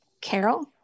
Carol